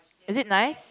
is it nice